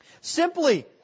simply